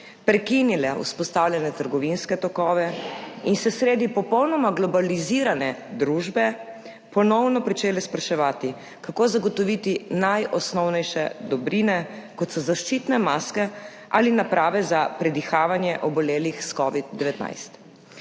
prekinile vzpostavljene trgovinske tokove in se sredi popolnoma globalizirane družbe ponovno pričele spraševati, kako zagotoviti najosnovnejše dobrine, kot so zaščitne maske ali naprave za predihavanje obolelih s covidom-19.